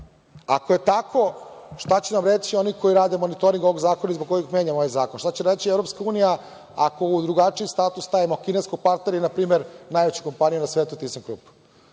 je tako, šta će nam reći oni koji rade monitoring ovog zakona i zbog kojih menjamo ovaj zakon? Šta će reći EU ako u drugačiji status stavimo kineskog partnera i npr. najveću kompaniju na svetu TIS-a klub?